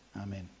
Amen